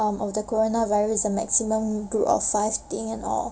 um because of the coronavirus the maximum group of five thing and all